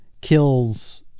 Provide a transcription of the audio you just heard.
kills